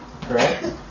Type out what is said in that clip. correct